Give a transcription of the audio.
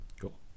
Cool